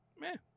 man